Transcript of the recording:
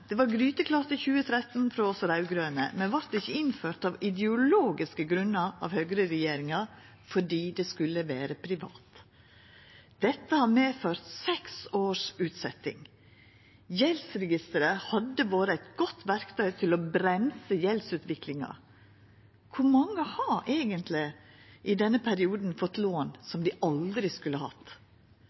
Det var gryteklart i 2013 frå oss raud-grøne, men vart ikkje innført – av ideologiske grunnar – av høgreregjeringa, fordi det skulle vera privat. Dette har medført seks års utsetjing. Gjeldsregisteret hadde vore eit godt verktøy til å bremsa gjeldsutviklinga. Kor mange har eigentleg i denne perioden fått lån som dei aldri skulle hatt?